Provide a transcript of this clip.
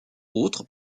autres